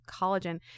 collagen